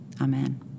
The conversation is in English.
Amen